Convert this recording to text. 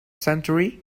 century